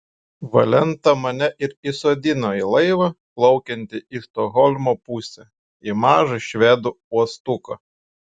valenta mane ir įsodino į laivą plaukiantį į stokholmo pusę į mažą švedų uostuką